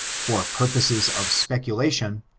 for purposes of speculation,